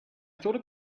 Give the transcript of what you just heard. thought